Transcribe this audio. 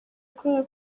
kubera